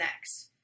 next